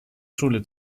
schule